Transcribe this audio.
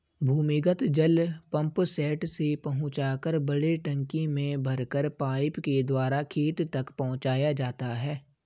भूमिगत जल पम्पसेट से पहुँचाकर बड़े टंकी में भरकर पाइप के द्वारा खेत तक पहुँचाया जाता है